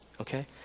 Okay